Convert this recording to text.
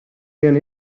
vien